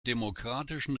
demokratischen